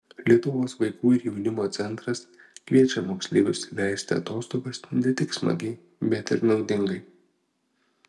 lietuvos vaikų ir jaunimo centras kviečia moksleivius leisti atostogas ne tik smagiai bet ir naudingai